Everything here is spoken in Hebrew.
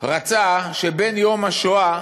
רצה שבין יום השואה